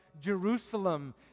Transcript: Jerusalem